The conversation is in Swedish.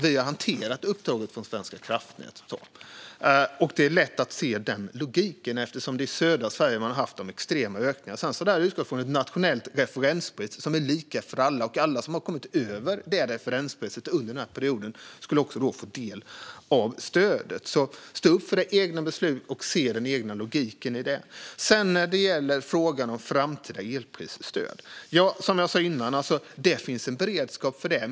Vi har hanterat uppdraget från Svenska kraftnät. Det är lätt att se denna logik eftersom det är i södra Sverige som man har haft extrema ökningar. Sedan har detta utgått från ett nationellt referenspris som är lika för alla. Och alla som har kommit över detta referenspris under denna period skulle få del av stödet. Stå upp för era egna beslut, och se den egna logiken i det! När det gäller frågan om framtida elprisstöd finns det, som jag sa tidigare, en beredskap för det.